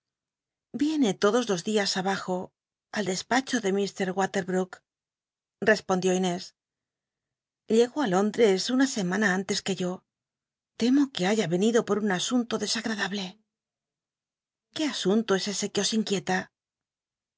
viene todos los dias abajo al despacho tlo mr waterbrook respondió inés llegó á lóndres una semana antes que yo temo que baya enido por un asunto desagradable qué asunto es ese c uo os inquieta